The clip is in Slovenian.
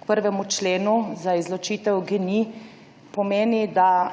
k 1. členu za izločitev GEN-I, pomeni, da